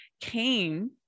came